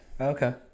Okay